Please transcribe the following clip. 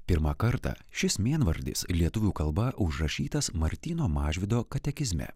pirmą kartą šis mėnvardis lietuvių kalba užrašytas martyno mažvydo katekizme